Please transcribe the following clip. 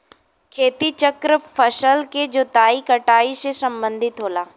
खेती चक्र फसल के जोताई कटाई से सम्बंधित होला